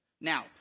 Now